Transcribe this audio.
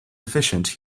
efficient